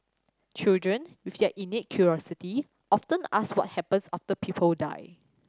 children with their innate curiosity often ask what happens after people die